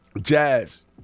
Jazz